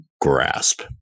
grasp